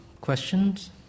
questions